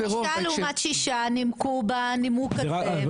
חמישה לעומת שישה נימקו בנימוק הזה,